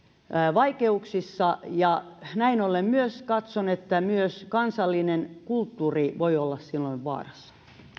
vaikeuksissa näin ollen katson että myös kansallinen kulttuuri voi olla silloin vaarassa